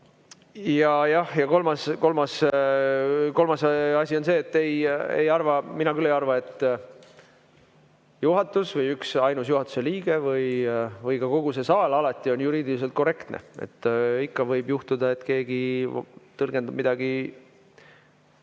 Ja kolmas asi on see, et mina küll ei arva, et juhatus või üksainus juhatuse liige või ka kogu see saal alati on juriidiliselt korrektne. Ikka võib juhtuda, et keegi tõlgendab midagi